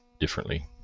differently